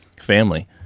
family